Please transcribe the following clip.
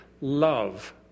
love